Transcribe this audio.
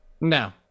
No